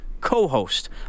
co-host